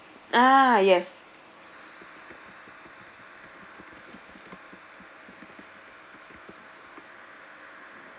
ah yes